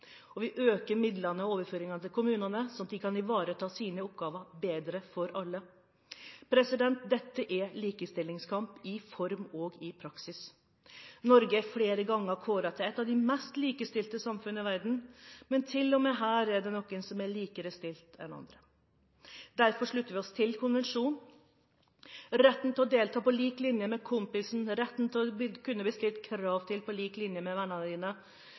og vi øker midlene og overføringene til kommunene, sånn at de kan ivareta sine oppgaver bedre – for alle. Dette er likestillingskamp i form og i praksis. Norge er flere ganger kåret til et av de mest likestilte samfunn i verden, men til og med her er det noen som er likere stilt enn andre. Derfor slutter vi oss til konvensjonen – retten til å kunne delta på lik linje med kompisen, retten til å kunne bli stilt krav til på lik linje med vennene.